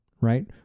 right